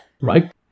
Right